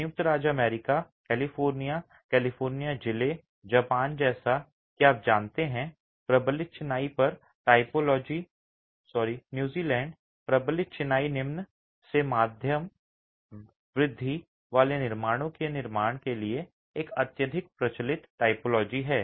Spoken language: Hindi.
संयुक्त राज्य अमेरिका कैलिफोर्निया कैलिफोर्निया जिले जापान जैसा कि आप जानते हैं प्रबलित चिनाई और न्यूजीलैंड प्रबलित चिनाई निम्न से मध्यम वृद्धि वाले निर्माणों के निर्माण के लिए एक अत्यधिक प्रचलित टाइपोलॉजी है